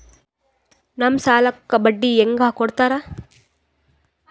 ನಮ್ ಸಾಲಕ್ ಬಡ್ಡಿ ಹ್ಯಾಂಗ ಕೊಡ್ತಾರ?